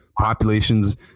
Populations